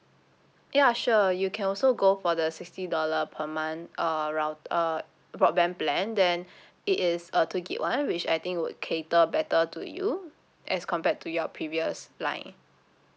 ya sure you can also go for the sixty dollar per month uh rout~ uh broadband plan then it is a two gig [one] which I think would cater better to you as compared to your previous line